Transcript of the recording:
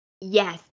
Yes